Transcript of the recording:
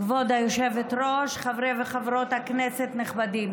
כבוד היושבת-ראש, חברי וחברות הכנסת הנכבדים,